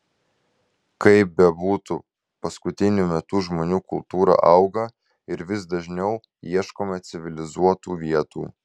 kaip bebūtų paskutiniu metu žmonių kultūra auga ir vis dažniau ieškoma civilizuotų vietų